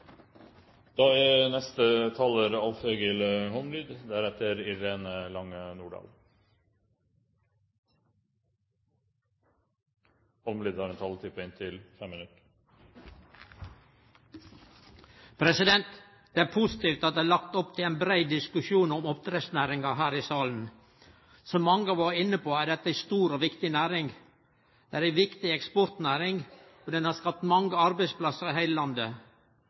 Det er positivt at det er lagt opp til ein nok brei diskusjon om oppdrettsnæringa her i salen. Som mange har vore inne på, er dette ei stor og viktig næring. Det er ei viktig eksportnæring, som har skapt mange arbeidsplassar i heile landet.